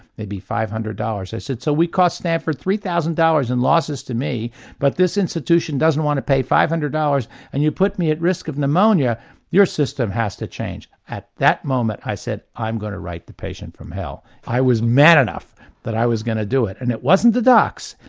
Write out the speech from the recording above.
maybe five hundred dollars, i said so we cost stanford three thousand dollars in losses to me but this institution doesn't want to pay five hundred dollars and you put me at risk of pneumonia your system has to change. at that moment i said i'm going to write the patient from hell, i was mad enough that i was going to do it. and it wasn't the docs,